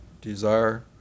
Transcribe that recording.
desire